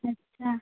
अच्छा